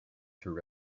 through